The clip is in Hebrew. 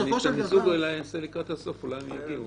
אז אולי אעשה לקראת הסוף, אולי הם יגיעו.